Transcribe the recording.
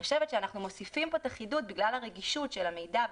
אני חושבת שפה, בגלל הרגישות של המידע,